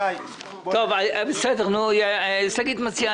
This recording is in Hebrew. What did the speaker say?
ברגע שהמועד נופל בתקופת בחירות.